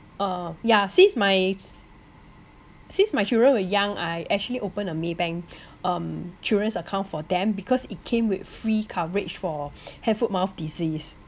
uh yeah since my since my children were young I actually open a maybank um children's account for them because it came with free coverage for hand foot mouth disease